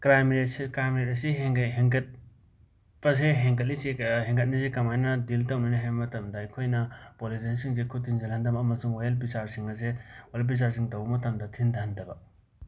crime ꯔꯦꯠꯁꯦ crime rate ꯑꯁꯤ ꯍꯦꯟꯒꯠꯄꯁꯦ ꯍꯦꯟꯒꯠꯂꯤꯁꯦ ꯍꯦꯟꯒꯠꯂꯤꯁꯦ ꯀꯃꯥꯏꯅ ꯗꯤꯜ ꯇꯧꯅꯅꯤ ꯍꯥꯏꯕ ꯃꯇꯝꯗ ꯑꯩꯈꯣꯏꯅ ꯄꯣꯂꯤꯇꯤꯛꯁꯁꯤꯡꯁꯦ ꯈꯨꯠ ꯊꯤꯡꯖꯤꯟꯍꯟꯗꯕ ꯑꯃꯁꯨꯡ ꯋꯥꯌꯦꯜ ꯕꯤꯆꯥꯔꯁꯤꯡ ꯑꯁꯦ ꯋꯥꯌꯦꯜ ꯕꯤꯆꯥꯔ ꯇꯧꯕ ꯃꯇꯝꯗ ꯊꯤꯟꯊꯍꯟꯗꯕ